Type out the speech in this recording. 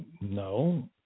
No